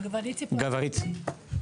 אני אדבר בשפת האם שלי,